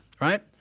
Right